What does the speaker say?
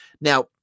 Now